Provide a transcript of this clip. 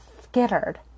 skittered